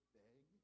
beg